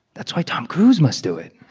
that's why tom cruise must do it